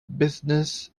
business